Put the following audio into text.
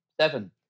seven